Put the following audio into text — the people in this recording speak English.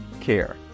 care